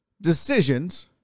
decisions